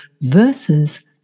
versus